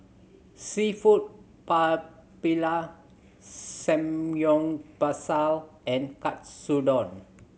Seafood Paella Samgeyopsal and Katsudon